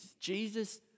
Jesus